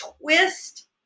twist